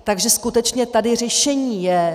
Takže skutečně tady řešení je.